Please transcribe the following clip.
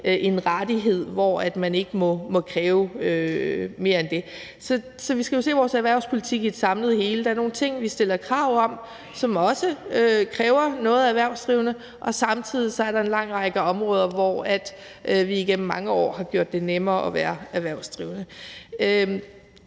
en rettighed, så man ikke må kræve mere end det. Så vi skal jo se vores erhvervspolitik i et samlet hele. Der er nogle ting, vi stiller krav om, som også kræver noget af de erhvervsdrivende, og samtidig er der en lang række områder, hvor vi igennem mange år har gjort det nemmere at være erhvervsdrivende.